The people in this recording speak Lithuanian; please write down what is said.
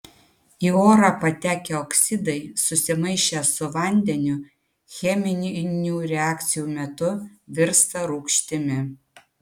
į orą patekę oksidai susimaišę su vandeniu cheminių reakcijų metu virsta rūgštimi